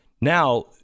Now